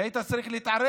והיית צריך להתערב,